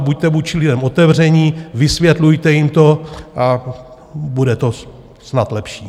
Buďte vůči lidem otevření, vysvětlujte jim to, bude to snad lepší.